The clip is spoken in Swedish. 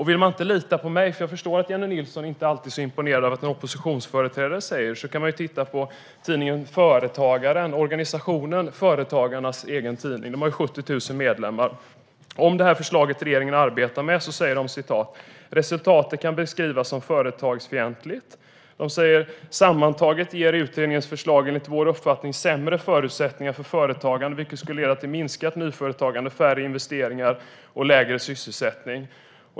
Vill man inte lita på mig, för jag förstår att Jennie Nilsson inte alltid är så imponerad av vad en oppositionsföreträdare säger, kan man titta i tidningen Företagaren. Det är organisationen Företagarnas egen tidning. Den har 70 000 medlemmar. Om förslaget regeringen arbetar med säger de: Resultatet kan beskrivas som företagsfientligt. Sammantaget ger utredningens förslag enligt vår uppfattning sämre förutsättningar för företagande, vilket skulle leda till minskat nyföretagande, färre investeringar och lägre sysselsättning.